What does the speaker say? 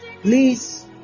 please